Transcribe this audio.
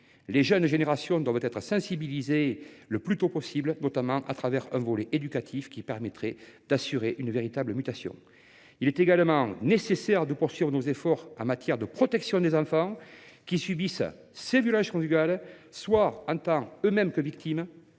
Les jeunes générations doivent être sensibilisées le plus tôt possible, au travers d’un volet éducatif qui assurerait en la matière une véritable mutation. De même, il est nécessaire de poursuivre nos efforts en matière de protection des enfants qui subissent ces violences conjugales, soit en tant que victimes